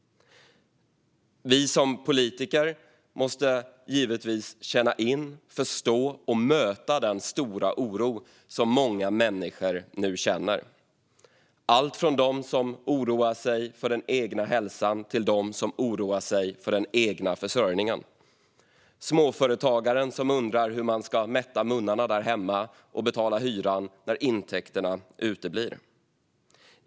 Vi som politiker måste givetvis känna in, förstå och möta den stora oro som många människor nu känner, alltifrån dem som oroar sig för den egna hälsan till dem som oroar sig för den egna försörjningen och småföretagaren som undrar hur man ska kunna mätta munnarna där hemma och betala hyran när intäkterna uteblir.